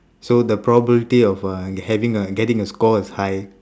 so the probability of uh having a getting a score is high